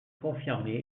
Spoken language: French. confirmé